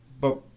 But—